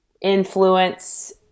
influence